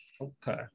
Okay